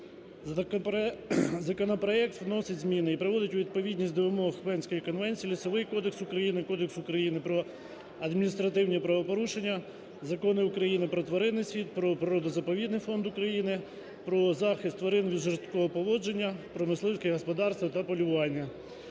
Законопроект вносить зміни і приводить у відповідність до вимог Венської конвенції Лісовий кодекс України, Кодекс України про адміністративні правопорушення, Закони України "Про тваринний світ", "Про природно-заповідний фонд України, "Про захист тварин від жорсткого поводження", "Про мисливське господарство та полювання".